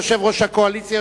יושב-ראש הקואליציה,